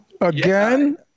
Again